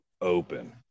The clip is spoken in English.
open